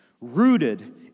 rooted